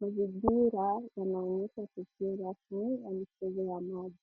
Mazingira yanaonyesha uzingatio wa mchezo wa maji.